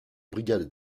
brigade